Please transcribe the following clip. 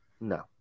No